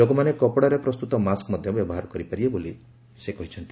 ଲୋକମାନେ କପଡ଼ାରେ ପ୍ରସ୍ତୁତ ମାସ୍କ ମଧ୍ୟ ବ୍ୟବହାର କରିପାରିବେ ବୋଲି ସେ କହିଛନ୍ତି